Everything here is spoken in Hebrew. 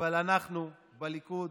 אבל אנחנו בליכוד